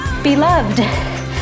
beloved